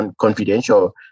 confidential